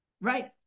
right